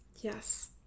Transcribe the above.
Yes